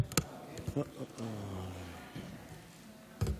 אין נוכחים.